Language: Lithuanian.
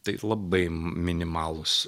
tai labai minimalūs